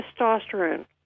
testosterone